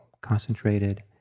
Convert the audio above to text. concentrated